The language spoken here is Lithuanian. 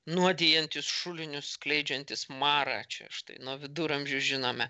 nuodijantys šulinius skleidžiantys marą čia štai nuo viduramžių žinome